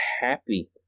happy